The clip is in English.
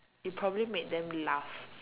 you probably made them laughs